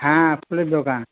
হ্যাঁ ফুলের দোকান